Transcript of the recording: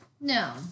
No